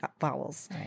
vowels